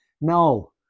No